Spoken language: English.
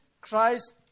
Christ